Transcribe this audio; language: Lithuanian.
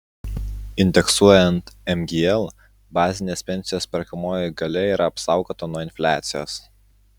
indeksuojant mgl bazinės pensijos perkamoji galia yra apsaugota nuo infliacijos